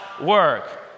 work